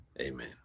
Amen